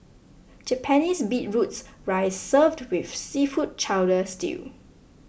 Japanese beetroots rice served with seafood chowder stew